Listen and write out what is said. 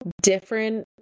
different